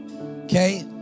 Okay